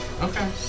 Okay